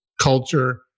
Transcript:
culture